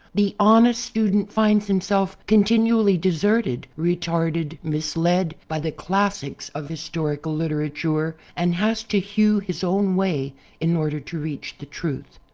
the honest student finds himself continually de serted, retarded, misled, by the classics of his torical literature. and has to hew his own way in order to reach the truth.